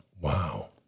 Wow